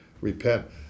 Repent